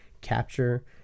capture